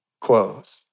close